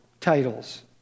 titles